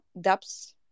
depths